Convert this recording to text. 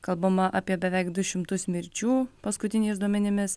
kalbama apie beveik du šimtus mirčių paskutiniais duomenimis